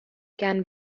can